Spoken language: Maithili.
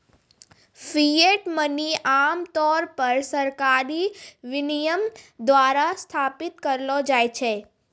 फिएट मनी आम तौर पर सरकारी विनियमन द्वारा स्थापित करलो जाय छै